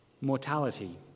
mortality